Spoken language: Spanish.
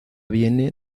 viene